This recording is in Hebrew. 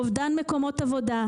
אובדן מקומות עבודה,